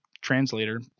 translator